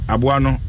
Abuano